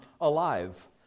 alive